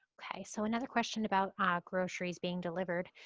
okay, so another question about ah groceries being delivered.